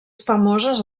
famoses